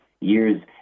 years